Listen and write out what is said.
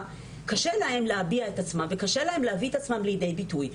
קשה להם להביע את עצמם וקשה להם להביא את עצמם לידי ביטוי,